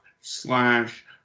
slash